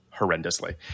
horrendously